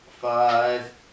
Five